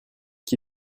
qui